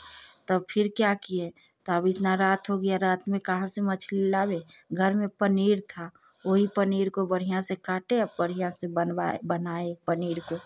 तब फिर क्या किए तब इतना रात हो गया रात में कहाँ से मछली लाएँ घर में पनीर था वही पनीर को बढ़िया से काटे और बढ़ियाँ से बनवाए बनाए पनीर को